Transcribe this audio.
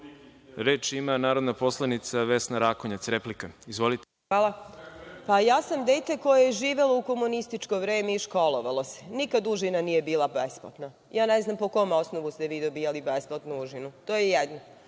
ima narodna poslanica Vesna Rakonjac, replika. Izvolite. **Vesna Rakonjac** Hvala. Ja sam dete koje je živelo u komunističko vreme i školovalo se. Nikad užina nije bila besplatna. Ne znam po kom osnovu ste vi dobijali besplatnu užinu, to je jedno. Drugo,